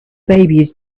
baby